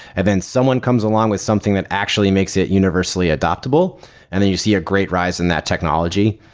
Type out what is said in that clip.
and then someone comes along with something that actually makes it universally adaptable and then you see a great rise in that technology.